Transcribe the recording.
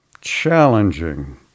Challenging